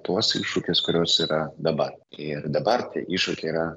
tuos iššūkius kuriuos yra dabar ir dabar tie iššūkiai yra